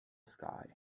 sky